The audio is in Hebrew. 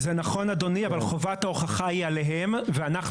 זה נכון אדוני אבל חובת ההוכחה היא עליהם ואנחנו